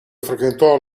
frequentò